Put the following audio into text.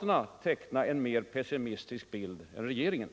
de teckna en mer pessimistisk bild än regeringen.